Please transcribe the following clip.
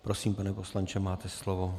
Prosím, pane poslanče, máte slovo.